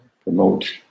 promote